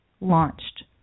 launched